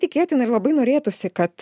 tikėtina ir labai norėtųsi kad